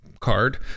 card